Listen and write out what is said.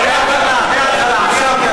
מההתחלה.